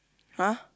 [huh]